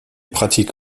pratique